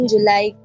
July